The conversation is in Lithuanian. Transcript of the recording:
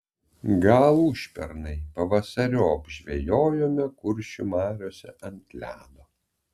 gal užpernai pavasariop žvejojome kuršių mariose ant ledo